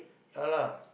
ya lah